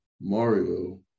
Mario